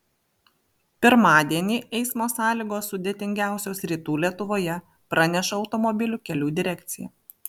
pirmadienį eismo sąlygos sudėtingiausios rytų lietuvoje praneša automobilių kelių direkcija